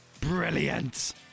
Brilliant